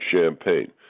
Champagne